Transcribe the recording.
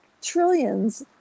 trillions